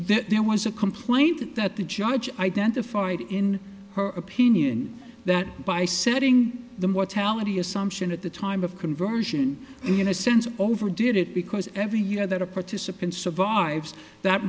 that there was a complaint that the judge identified in her opinion that by setting the mortality assumption at the time of conversion in a sense over did it because every year that a participant survives that